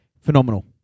Phenomenal